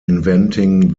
inventing